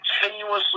continuously